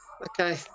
Okay